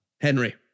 Henry